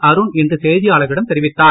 அருண் இன்று செய்தியாளர்களிடம் தெரிவித்தார்